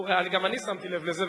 גם אני שמתי לב לזה,